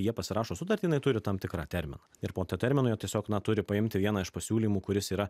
jie pasirašo sutartį jinai turi tam tikrą terminą ir po to termino jie tiesiog na turi paimti vieną iš pasiūlymų kuris yra